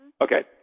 Okay